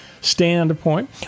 standpoint